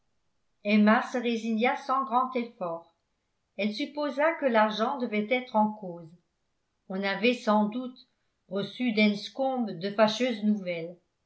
emma se résigna sans grand effort elle supposa que l'argent devait être en cause on avait sans doute reçu d'enscombe de fâcheuses nouvelles